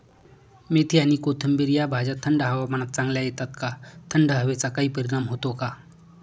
मेथी आणि कोथिंबिर या भाज्या थंड हवामानात चांगल्या येतात का? थंड हवेचा काही परिणाम होतो का?